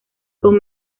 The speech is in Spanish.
con